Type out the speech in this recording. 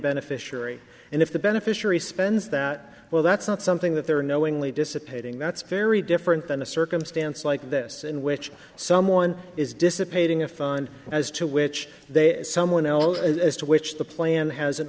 beneficiary and if the beneficiary spends that well that's not something that they're knowingly dissipating that's very different than a circumstance like this in which someone is dissipating a fund as to which they someone else as to which the plan a